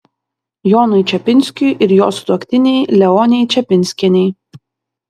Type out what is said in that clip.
jonui čepinskiui ir jo sutuoktinei leonei čepinskienei